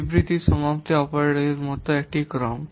বিবৃতি সমাপ্তি অপারেটরের মতো একটি ক্রম